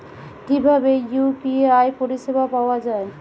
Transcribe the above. কিভাবে ইউ.পি.আই পরিসেবা পাওয়া য়ায়?